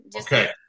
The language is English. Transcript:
Okay